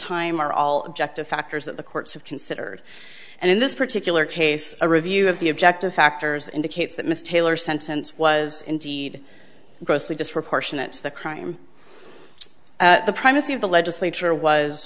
time are all objective factors that the courts have considered and in this particular case a review of the objective factors indicates that mr taylor sentence was indeed grossly disproportionate to the crime the primacy of the legislature was